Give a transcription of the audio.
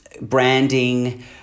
branding